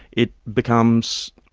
it becomes,